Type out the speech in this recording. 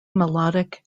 melodic